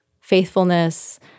faithfulness